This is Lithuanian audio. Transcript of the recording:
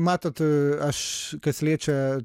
matot aš kas liečia